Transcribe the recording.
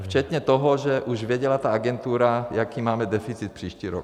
Včetně toho, že už věděla ta agentura, jaký máme deficit příští rok.